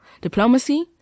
Diplomacy